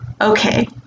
Okay